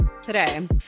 Today